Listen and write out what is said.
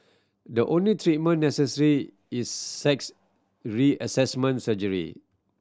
the only treatment necessary is sex reassignment surgery